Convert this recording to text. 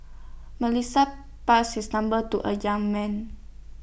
Melissa passes her number to A young man